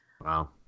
Wow